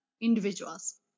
Individuals